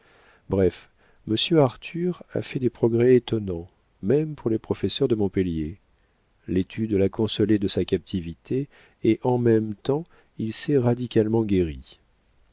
bref monsieur arthur a fait des progrès étonnants même pour les professeurs de montpellier l'étude l'a consolé de sa captivité et en même temps il s'est radicalement guéri